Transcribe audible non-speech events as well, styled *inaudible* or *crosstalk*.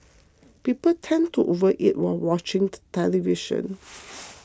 people tend to overeat while watching the television *noise*